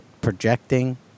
projecting